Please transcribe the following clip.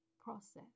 process